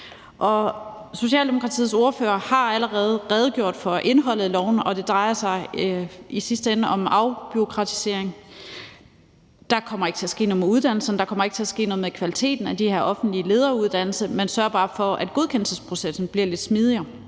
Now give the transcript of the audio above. Socialdemokratiets ordfører har allerede redegjort for indholdet i loven, og det drejer sig i sidste ende om afbureaukratisering. Der kommer ikke til at ske noget med uddannelserne, der kommer ikke til at ske noget med kvaliteten af den her offentlige lederuddannelse. Man sørger bare for, at godkendelsesprocessen bliver lidt smidigere,